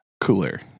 cooler